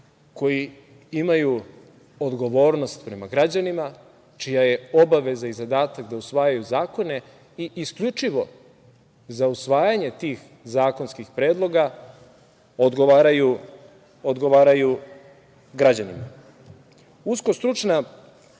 koji imaju odgovornost prema građanima, čija je obaveza i zadatak da usvajaju zakone i isključivo za usvajanje tih zakonskih predloga odgovaraju građanima. Usko stručna